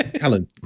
Helen